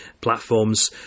platforms